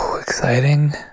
Exciting